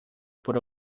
por